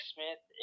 Smith